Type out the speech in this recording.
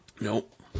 Nope